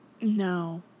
no